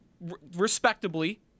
respectably